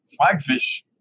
flagfish